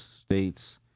states